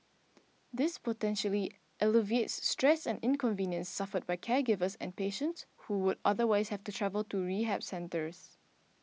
this potentially alleviates stress and inconvenience suffered by caregivers and patients who would otherwise have to travel to rehab centres